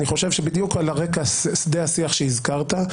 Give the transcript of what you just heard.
אני חושב שבדיוק על רקע שדה השיח שהזכרת,